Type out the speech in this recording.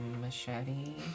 machete